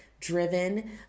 driven